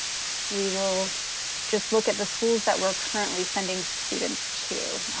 we will just look at the schools that we're currently sending students to.